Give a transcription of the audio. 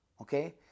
okay